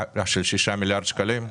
6 מיליארד שקלים.